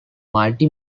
multi